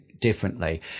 differently